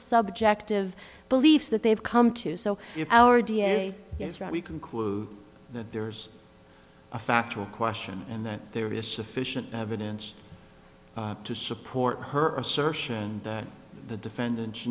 subjective beliefs that they have come to so our d n a we conclude that there's a factual question and that there is sufficient evidence to support her assertion that the defendant